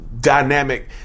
dynamic